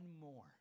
more